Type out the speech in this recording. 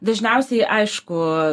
dažniausiai aišku